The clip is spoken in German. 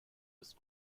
ist